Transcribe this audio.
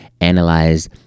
analyze